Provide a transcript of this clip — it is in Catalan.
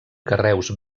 carreus